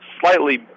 slightly